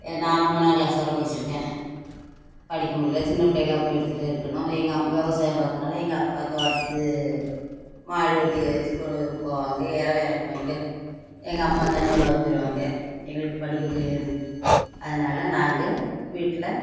நான் மூணாங்கிளாஸ் வர படிச்சிருக்கேன் படிக்க முடியலை சின்ன பிள்ளைகளாக அப்போ எடுத்துட்டே இருக்கணும் எங்கள் அம்மா விவசாயம் பார்க்குறதனால எங்கள் அப்பா தோட்டத்துக்கு மாடு வண்டியை வச்சு போவாங்க எறவு இறைப்பாய்ங்க எங்கள் அம்மா தண்ணி விலாவ போயிருவாங்க எங்களுக்கு படிக்க முடியாது அதனால் நாங்கள் வீட்டில்